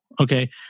Okay